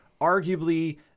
arguably